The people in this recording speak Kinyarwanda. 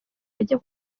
ajya